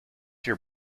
your